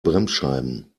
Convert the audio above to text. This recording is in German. bremsscheiben